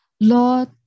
Lord